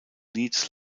leeds